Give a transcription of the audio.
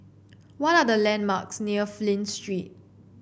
what are the landmarks near Flint Street